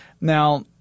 now